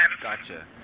Gotcha